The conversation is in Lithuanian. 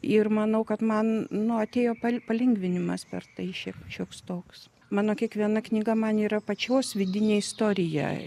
ir manau kad man nu atėjo palengvinimas per tai šioks toks mano kiekviena knyga man yra pačios vidinė istorija